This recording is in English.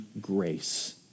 grace